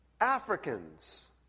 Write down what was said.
Africans